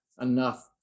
enough